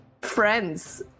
friends